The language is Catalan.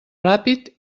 ràpid